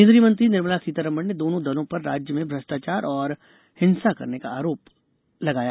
केंद्रीय मंत्री निर्मला सीतारामण ने दोनों दलों पर राज्य में भ्रष्टाचार और हिसा करने का आरोप लगाया